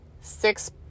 six